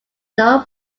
known